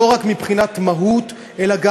לא רק מבחינת מהות אלא גם